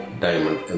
diamond